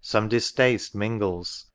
some distaste mingles,